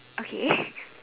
okay